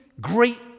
great